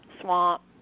swamp